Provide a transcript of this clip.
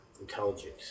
intelligence